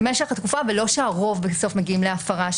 זה משך התקופה ולא שהרוב בסוף מגיעים להפרה.